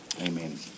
Amen